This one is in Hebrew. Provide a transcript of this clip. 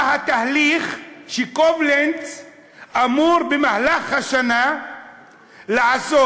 מה התהליך שקובלנץ אמור במהלך השנה לעשות?